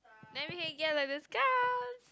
then we can get a discount